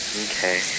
Okay